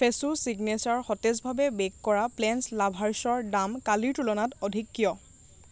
ফ্ৰেছো signature সতেজভাৱে bake কৰা প্লেনছ লাভাৰ্ছৰ দাম কালিৰ তুলনাত অধিক কিয়